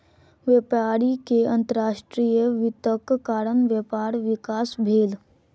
व्यापारी के अंतर्राष्ट्रीय वित्तक कारण व्यापारक विकास भेल